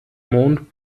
mond